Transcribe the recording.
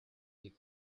des